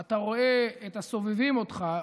אתה רואה את הסובבים אותך,